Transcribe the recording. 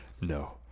No